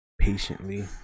patiently